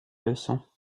leçon